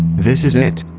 this is it!